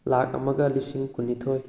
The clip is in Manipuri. ꯂꯥꯛ ꯑꯃꯒ ꯂꯤꯁꯤꯡ ꯀꯨꯟꯅꯤꯊꯣꯏ